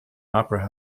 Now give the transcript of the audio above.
opera